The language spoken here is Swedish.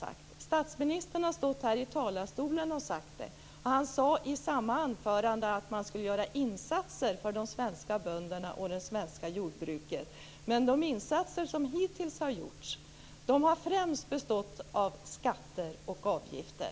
Statsministern har sagt det från denna talarstol. I samma anförande sade han att man skall göra insatser för de svenska bönderna och det svenska jordbruket. Men de insatser som hittills har gjorts har främst bestått av skatter och avgifter.